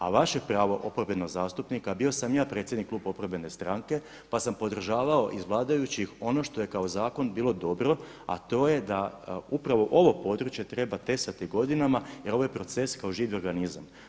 A vaše pravo oporbenog zastupnika bio sam i ja predsjednik kluba oporbene stranke, pa sam podržavao iz vladajućih ono što je kao zakon bilo dobro, a to je da upravo ovo područje treba tesati godinama, jer ovaj je proces kao živi organizam.